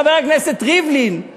חבר הכנסת ריבלין,